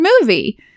movie